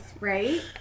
right